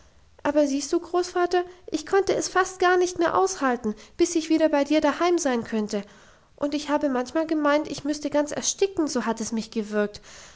aber siehst du großvater ich konnte es fast gar nicht mehr aushalten bis ich wieder bei dir daheim sein könnte und ich habe manchmal gemeint ich müsse ganz ersticken so hat es mich gewürgt